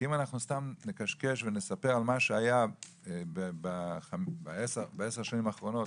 כי אם אנחנו סתם נקשקש ונספר מה שהיה בעשר שנים האחרונות,